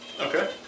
Okay